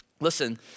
Listen